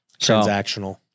Transactional